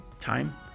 time